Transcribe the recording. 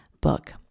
book